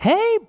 Hey